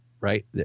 Right